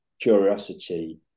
curiosity